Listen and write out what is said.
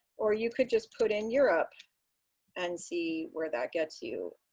or you could just put in europe and see where that gets you.